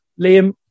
Liam